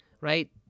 right